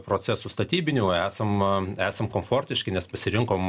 procesų statybinių esam esam komfortiški nes pasirinkom